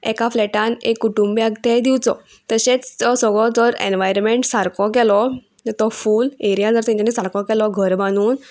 एका फ्लॅटान एक कुटुंब्याक तें दिवचो तशेंच तो सगळो जर एनवायरमेंट सारको केलो जाल्या तो फूल एरिया जर तेंच्यानी सारको केलो घर बांदून